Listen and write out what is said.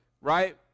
right